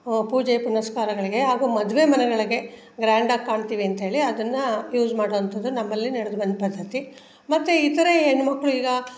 ಪೂಜೆ ಪುನಸ್ಕಾರಗಳಿಗೆ ಹಾಗೂ ಮದುವೆ ಮನೆಗಳಿಗೆ ಗ್ರ್ಯಾಂಡಾಗಿ ಕಾಣ್ತೀವಿ ಅಂಥೇಳಿ ಅದನ್ನು ಯೂಸ್ ಮಾಡುವಂಥದ್ದು ನಮ್ಮಲ್ಲಿ ನಡ್ದು ಬಂದ ಪದ್ಧತಿ ಮತ್ತು ಇತರೆ ಹೆಣ್ಣು ಮಕ್ಕಳು ಈಗ